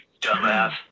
Dumbass